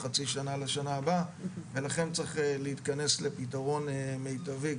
חצי שנה לשנה הבאה ולכן צריך להתכנס לפתרון מיטבי.